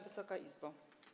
Wysoka Izbo!